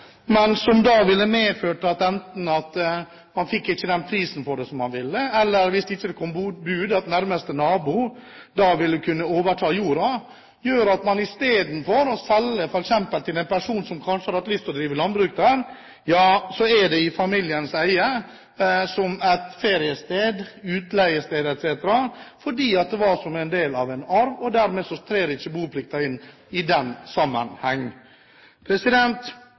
men som ville medført at man enten ikke fikk den prisen for det som man ville, eller – hvis det ikke kom noe bud – at nærmeste nabo da ville kunne overta jorda. Det gjorde at istedenfor å selge f.eks. til en person som kanskje hadde hatt lyst til å drive landbruk der, ble det i familiens eie som et feriested, et utleiested e.l., fordi det var som del av en arv, og boplikten dermed ikke trer inn i den sammenheng.